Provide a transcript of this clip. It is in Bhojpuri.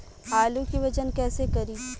आलू के वजन कैसे करी?